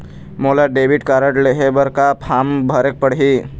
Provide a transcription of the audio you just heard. मोला debit card लेहे बर का का फार्म भरेक पड़ही?